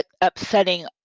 upsetting